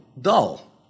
dull